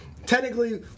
Technically